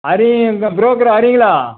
ஹரி இந்த புரோக்கர் ஹரிங்களா